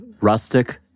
rustic